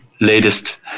latest